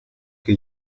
que